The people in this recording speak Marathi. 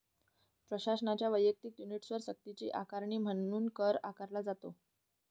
प्रशासनाच्या वैयक्तिक युनिट्सवर सक्तीची आकारणी म्हणून कर आकारला जातो